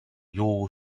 you